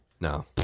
No